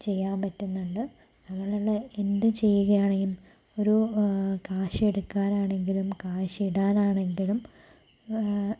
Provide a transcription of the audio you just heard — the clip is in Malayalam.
ചെയ്യാൻ പറ്റുന്നുണ്ട് അതുപോലെതന്നെ എന്തു ചെയ്യുകയാണെങ്കിലും ഒരു കാശെടുക്കാൻ ആണെങ്കിലും കാശ് ഇടാനാണെങ്കിലും